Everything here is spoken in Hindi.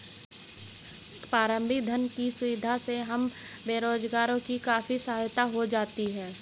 प्रारंभिक धन की सुविधा से हम बेरोजगारों की काफी सहायता हो जाती है